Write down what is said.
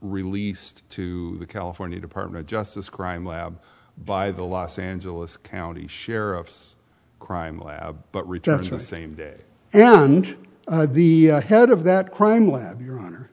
released to the california department of justice crime lab by the los angeles county sheriff's crime lab but returns from the same day and the head of that crime lab your honor